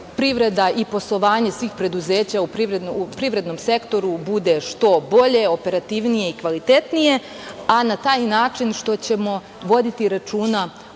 i poslovanje svih preduzeća u privrednom sektoru bude što bolje, operativnije i kvalitetnije, a na taj način što ćemo voditi računa